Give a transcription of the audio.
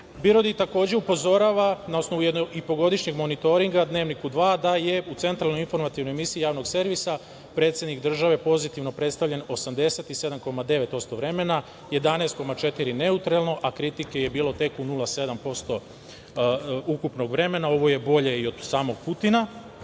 BIRODI takođe upozorava, na osnovu jednoipogodišnjeg monitoringa „Dnevniku 2“ da je u centralnoj informativnoj emisiji Javnog servisa predsednik države pozitivno predstavljen 87,9% vremena, 11,4% neutralno, a kritike je bilo tek u 0,7% ukupnog vremena. Ovo je bolje i od samog Putina. Kada